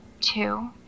Two